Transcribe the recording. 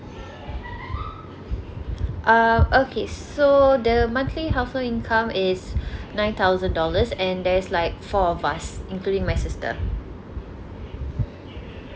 uh okay so the monthly household income is nine thousand dollars and there is like four of us including my sister